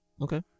okay